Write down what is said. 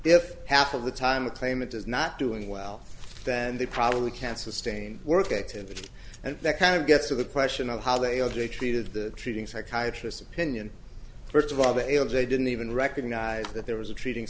if half of the time the claimant is not doing well then they probably can't sustain work activity and that kind of gets to the question of how they are directed treating psychiatrists opinion first of all the errors they didn't even recognize that there was a treating